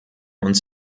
uns